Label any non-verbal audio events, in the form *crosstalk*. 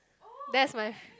*noise* that's my f~